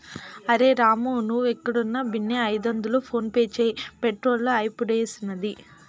అరె రామూ, నీవేడున్నా బిన్నే ఐదొందలు ఫోన్పే చేయి, పెట్రోలు అయిపూడ్సినాది